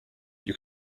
you